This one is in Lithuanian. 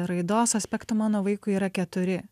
raidos aspektu mano vaikui yra keturi